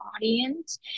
audience